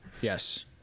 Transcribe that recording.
Yes